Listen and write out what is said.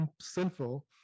sinful